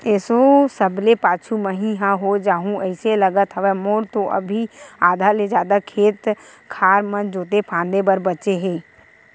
एसो सबले पाछू मही ह हो जाहूँ अइसे लगत हवय, मोर तो अभी आधा ले जादा खेत खार मन जोंते फांदे बर बचें हे